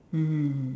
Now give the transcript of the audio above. mmhmm